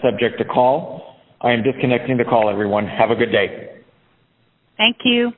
subject to call and if connecting to call everyone have a good day thank you